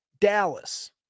Dallas